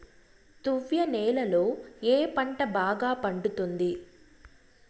తువ్వ నేలలో ఏ పంట బాగా పండుతుంది?